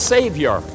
Savior